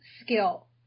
skill